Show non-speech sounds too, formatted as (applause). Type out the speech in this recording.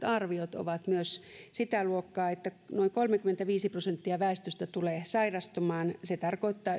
(unintelligible) arviot ovat myös sitä luokkaa että noin kolmekymmentäviisi prosenttia väestöstä tulee sairastumaan se tarkoittaa (unintelligible)